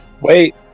Wait